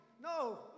No